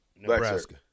Nebraska